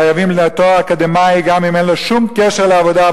חייבים תואר אקדמי גם אם אין לו שום קשר לעבודה,